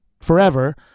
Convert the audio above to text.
forever